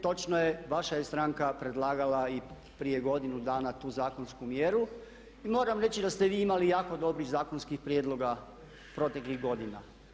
Točno je vaša je stranka predlagala i prije godinu dana tu zakonsku mjeru i moram reći da ste vi imali jako dobrih zakonskih prijedloga proteklih godina.